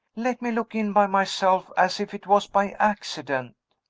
let me look in by myself, as if it was by accident.